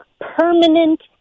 permanent